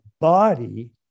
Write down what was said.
body